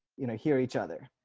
you know, hear each other.